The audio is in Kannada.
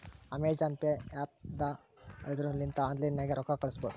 ಅಮೆಜಾನ್ ಪೇ ಆ್ಯಪ್ ಅದಾ ಇದುರ್ ಲಿಂತ ಆನ್ಲೈನ್ ನಾಗೆ ರೊಕ್ಕಾ ಕಳುಸ್ಬೋದ